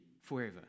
forever